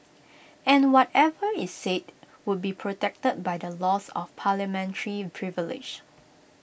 and whatever is said would be protected by the laws of parliamentary privilege